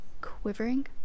quivering